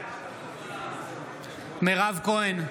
מירב כהן,